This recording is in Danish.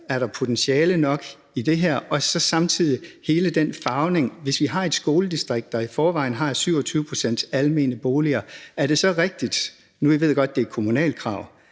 der er potentiale nok i det her. Samtidig er der hele den farvning. Hvis vi har et skoledistrikt, der i forvejen har 27 pct. almene boliger, er det så rigtigt – nu ved jeg godt, at det er et kommunalt krav